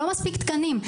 לא מספיק תקנים,